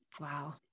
Wow